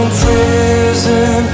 prison